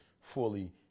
fully